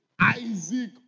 Isaac